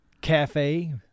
cafe